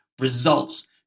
results